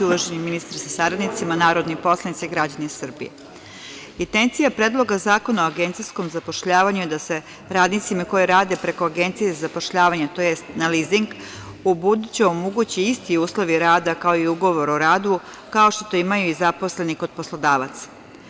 Uvaženi ministre sa saradnicima, narodni poslanici, građani Srbije, intencija Predloga zakona o agencijskom zapošljavanju je da se radnicima koji rade preko Agencije za zapošljavanje, tj. na lizing, ubuduće omoguće isti uslovi rada, kao i ugovor o radu, kao što to imaju i zaposleni kod poslodavaca.